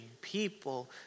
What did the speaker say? people